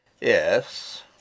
Yes